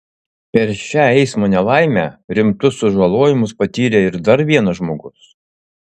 per šią eismo nelaimę rimtus sužalojimus patyrė ir dar vienas žmogus